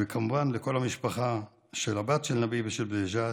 וכמובן לכל המשפחה של הבת של נביה ושל בג'את,